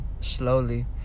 slowly